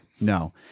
No